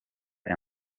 aya